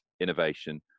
innovation